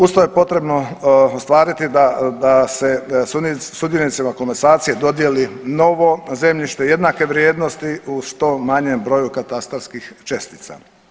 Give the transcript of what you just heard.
Uz to je potrebno ostvariti da se sudionicima komasacije dodijeli novo zemljište jednake vrijednosti u što manjem broju katastarskih čestica.